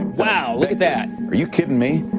wow. look at that are you kidding me?